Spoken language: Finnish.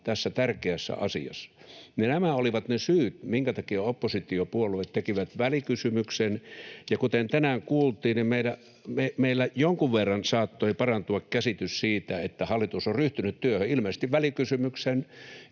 tässä tärkeässä asiassa. Nämä olivat ne syyt, minkä takia oppositiopuolueet tekivät välikysymyksen, ja kuten tänään kuultiin, meillä jonkin verran saattoi parantua käsitys siitä, että hallitus on ryhtynyt työhön, ilmeisesti välikysymyksen